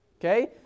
Okay